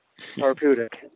therapeutic